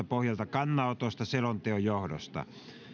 pohjalta kannanotosta selonteon johdosta